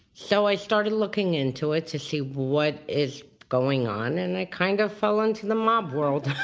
so i started looking into it to see what is going on, and i kind of fell into the mob world.